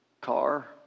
car